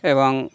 এবং